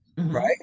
Right